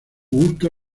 gusto